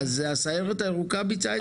הסיירת הירוקה ביצעה את זה?